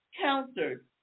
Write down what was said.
countered